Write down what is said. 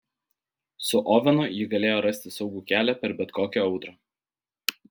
su ovenu ji galėjo rasti saugų kelią per bet kokią audrą